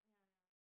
ya ya